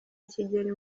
kigeli